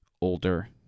older